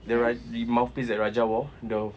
the one the mouthpiece that raja wore the